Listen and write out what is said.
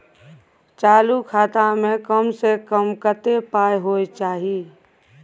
चालू खाता में कम से कम कत्ते पाई होय चाही?